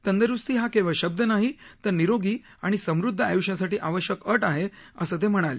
तंद्रुस्ती हा केवळ शब्द नाही तर निरोगी आणि समृद्ध आय्ष्यासाठी आवश्यक अट आहे असं ते म्हणाले